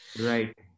Right